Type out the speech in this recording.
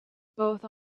both